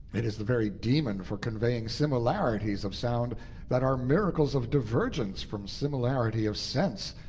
it is the very demon for conveying similarities of sound that are miracles of divergence from similarity of sense.